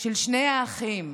של שני האחים